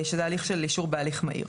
שזה הליך של אישור בהליך מהיר.